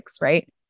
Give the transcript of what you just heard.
right